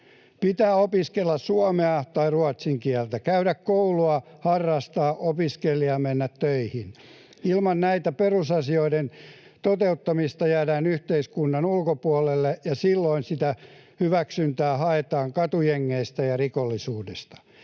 Pitää opiskella suomea tai ruotsin kieltä, käydä koulua, harrastaa, opiskella ja mennä töihin. Ilman näiden perusasioiden toteutumista jäädään yhteiskunnan ulkopuolelle, ja silloin sitä hyväksyntää haetaan katujengeistä ja rikollisuudesta.